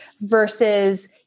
versus